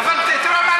אבל הוא מסית.